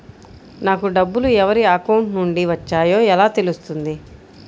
నాకు డబ్బులు ఎవరి అకౌంట్ నుండి వచ్చాయో ఎలా తెలుస్తుంది?